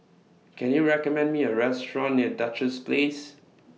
Can YOU recommend Me A Restaurant near Duchess Place